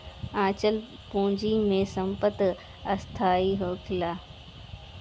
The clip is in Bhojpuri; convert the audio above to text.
अचल पूंजी में संपत्ति स्थाई होखेला